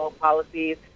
policies